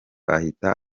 ahita